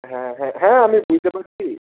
হ্যাঁ হ্যাঁ হ্যাঁ আমি বুঝতে পারছি